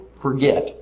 forget